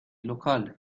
local